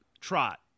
Trot